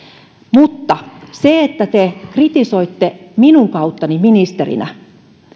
mutta se että te kritisoitte minun kauttani ministerinä